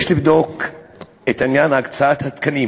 יש לבדוק את עניין הקצאת התקנים